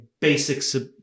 basic